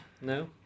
No